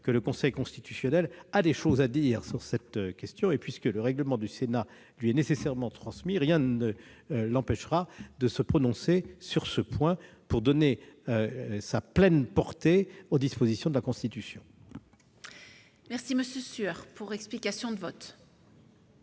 Le Conseil constitutionnel a certainement des choses à dire sur cette question, et puisque le règlement du Sénat lui est nécessairement transmis, rien ne l'empêcherait de se prononcer sur ce point pour donner sa pleine portée aux dispositions de la Constitution. Quoi qu'il en soit, j'émets